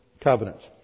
covenants